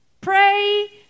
Pray